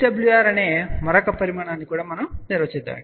VSWR అనే మరొక పరిమాణాన్ని కూడా నిర్వచించుకుందాం